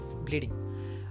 bleeding